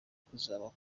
kuzaba